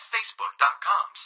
Facebook.com